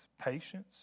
patience